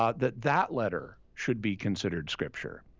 um that that letter should be considered scripture.